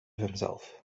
himself